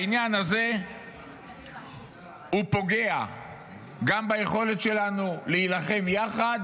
העניין הזה פוגע גם ביכולת שלנו להילחם יחד,